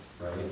right